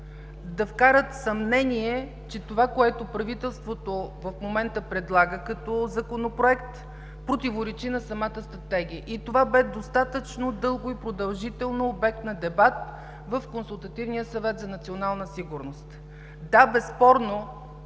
да вкарат съмнение, че това, което правителството в момента предлага като Законопроект, противоречи на самата Стратегия. Това беше достатъчно дълго и продължително обект на дебат в Консултативния съвет за национална сигурност. Да, безспорно,